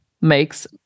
makes